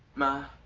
ma.